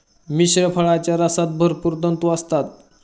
मिश्र फळांच्या रसात भरपूर तंतू असतात